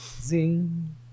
Zing